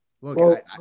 look